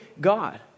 God